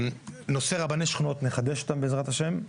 נושא רבני שכונות, נחדש אותם בעזרת ה'.